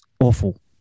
awful